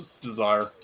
desire